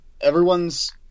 everyone's